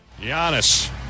Giannis